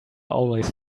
always